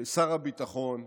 לשר הביטחון,